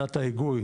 וועדת ההיגוי